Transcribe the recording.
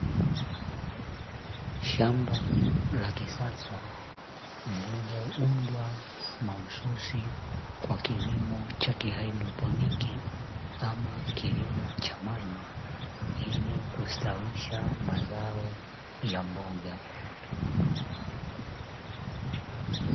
Shamba la kisasa lililoundwa mahususi kwa kilimo cha kihaidroponiki ama kilimo cha maji, ili ni kustawisha mazao ya mboga.